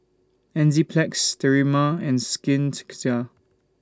Enzyplex Sterimar and Skin Ceuticals